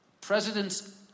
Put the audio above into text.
presidents